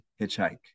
hitchhike